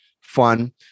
fun